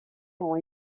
ont